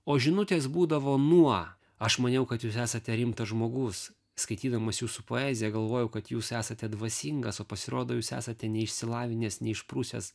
o žinutės būdavo nuo aš maniau kad jūs esate rimtas žmogus skaitydamas jūsų poeziją galvojau kad jūs esate dvasingas o pasirodo jūs esate neišsilavinęs neišprusęs